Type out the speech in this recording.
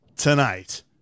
Tonight